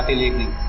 leave me?